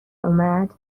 اومد